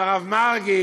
עם הרב מרגי,